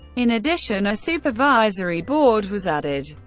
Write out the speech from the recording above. in addition, a supervisory board was added.